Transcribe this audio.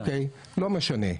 אוקי, לא משנה.